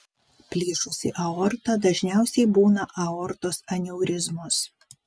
plyšusi aorta dažniausiai būna aortos aneurizmos